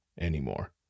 anymore